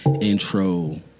intro